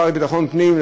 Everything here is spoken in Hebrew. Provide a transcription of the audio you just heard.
השר לביטחון פנים,